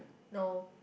no